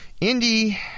Indy